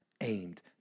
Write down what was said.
aimed